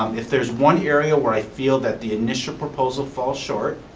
um if there's one area where i feel that the initial proposal falls short,